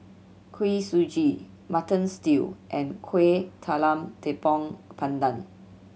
Kuih Suji Mutton Stew and Kueh Talam Tepong Pandan